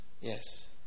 Yes